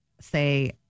say